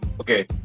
okay